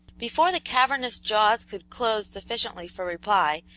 before the cavernous jaws could close sufficiently for reply,